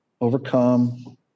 overcome